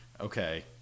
okay